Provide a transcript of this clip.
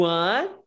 one